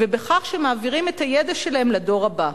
ועל כך שהם מעבירים את הידע שלהם לדור הבא.